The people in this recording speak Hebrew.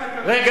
רגע,